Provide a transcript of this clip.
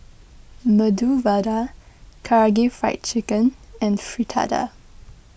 Medu Vada Karaage Fried Chicken and Fritada